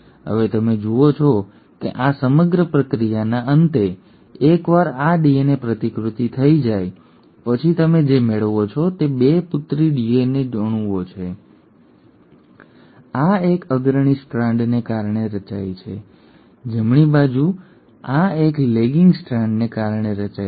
હવે તમે જુઓ છો કે આ સમગ્ર પ્રક્રિયાના અંતે એકવાર આ ડીએનએ પ્રતિકૃતિ થઈ જાય પછી તમે જે મેળવો છો તે 2 પુત્રી ડીએનએ અણુઓ છે આ એક અગ્રણી સ્ટ્રાન્ડને કારણે રચાય છે જમણી બાજુ અને આ એક લેગિંગ સ્ટ્રાન્ડને કારણે રચાય છે